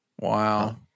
Wow